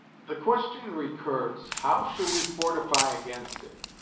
the question recurs, how shall we fortify against it?